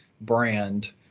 brand